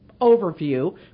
overview